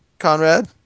Conrad